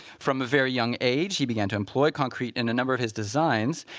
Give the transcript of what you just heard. from a very young age, he began to employ concrete in a number of his designs.